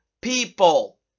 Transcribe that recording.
people